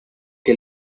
que